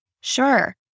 Sure